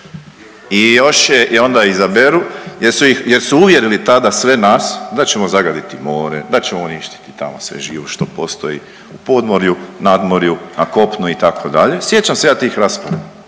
I još je onda izaberu jer su uvjerili tada sve nas da ćemo zagaditi more, da ćemo uništiti tamo sve živo što postoji u podmorju, nadmorju, na kopnu itd. Sjećam se ja tih rasprava.